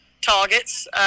targets